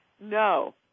No